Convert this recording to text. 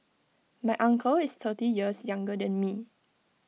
my uncle is thirty years younger than me